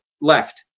left